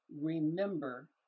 remember